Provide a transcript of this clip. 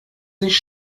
sich